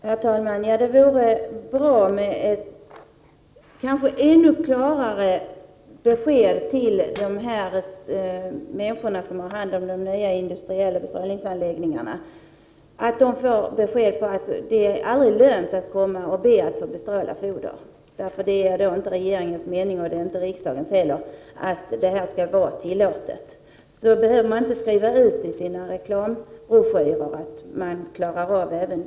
Herr talman! Det skulle vara bra med ett ännu klarare 'besked till de människor som har hand om de nya industriella bestrålningsanläggningarna. Det vore bra om de fick besked om att det aldrig är lönt för någon att komma och be om att få bestråla foder, eftersom det varken är regeringens eller riksdagens mening att det skall vara tillåtet. Då skulle man inte behöva skriva ut i sina reklambroschyrer att man även klarar av det.